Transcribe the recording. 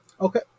Okay